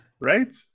Right